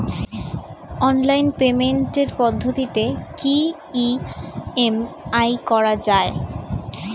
Online পেমেন্টের পদ্ধতিতে কি ই.এম.আই করা যায়?